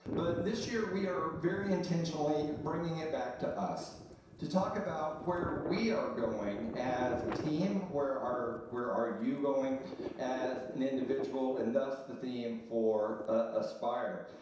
but this year we are very intentionally bring it back to us to talk about where we are going as a team, where our where are you going as an individual, and thus the theme for aspire.